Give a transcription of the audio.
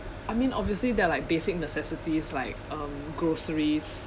I mean obviously there are like basic necessities like um groceries